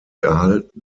erhalten